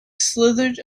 slithered